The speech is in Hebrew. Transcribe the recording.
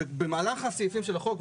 במהלך הסעיפים של החוק,